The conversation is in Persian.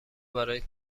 برای